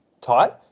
Tight